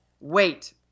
Wait